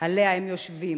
שעליה הם יושבים.